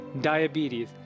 diabetes